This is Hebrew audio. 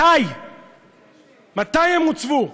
מתי הם הוצבו?